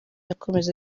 yakomeje